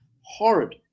horrid